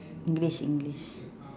english english